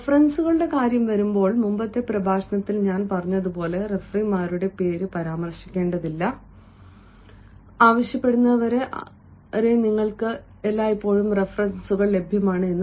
റഫറൻസുകളുടെ കാര്യം വരുമ്പോൾ മുമ്പത്തെ പ്രഭാഷണത്തിൽ ഞാൻ പറഞ്ഞതുപോലെ റഫറിമാരുടെ പേര് പരാമർശിക്കേണ്ടതില്ല ആവശ്യപ്പെടുന്നതുവരെ ആവശ്യപ്പെടുന്നതുവരെ നിങ്ങൾക്ക് എല്ലായ്പ്പോഴും റഫറൻസുകൾ ലഭ്യമാണ്